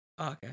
Okay